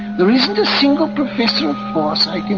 there isn't a single professor of foresight